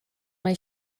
mai